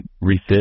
refit